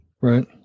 right